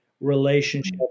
relationship